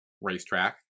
racetrack